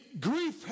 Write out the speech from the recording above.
grief